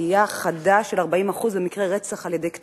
עלייה חדה של 40% במקרי רצח על-ידי קטינים,